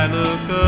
look